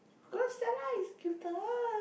cause Stella is cuter